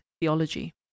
theology